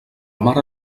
mare